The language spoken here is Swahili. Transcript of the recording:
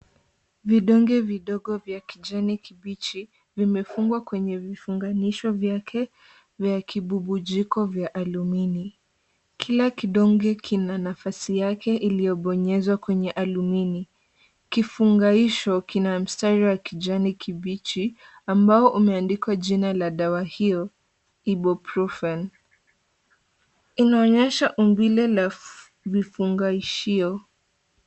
Vidonge vidogo vya kijani kibichi, vimefungwa kwenye vifunganisho vyake, vya kibibujiko vya alumini . Kila kidonge kina nafasi yake iliyobonyezwa kwenye alumini . Kifunganisho lina mstari wa kijani kibichi ambao umeandikwa jina la dawa hiyo, Ibupeufen. Inaonyesha umbile la vifungashio.